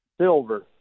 Silver